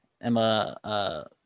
Emma